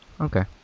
Okay